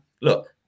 Look